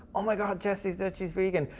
oh my god, jessie said she's vegan!